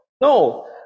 No